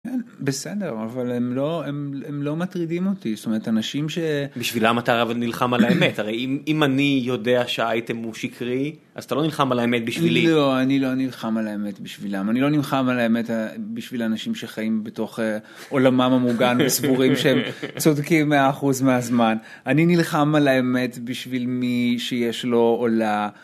בסדר, אבל הם לא מטרידים אותי, זאת אומרת אנשים ש.. -בשבילם אתה הרי נלחם על האמת, הרי אם אני יודע שהאייטם הוא שקרי, אז אתה לא נלחם על האמת בשבילי. -לא, אני לא נלחם על האמת בשבילם. אני לא נלחם על האמת בשביל אנשים שחיים בתוך עולמם המוגן וסבורים שהם צודקים 100% מהזמן. אני נלחם על האמת בשביל מי שיש לו או לה